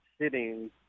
sitting